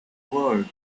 word